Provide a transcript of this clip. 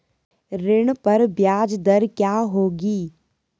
ऋण पर ब्याज दर क्या होगी?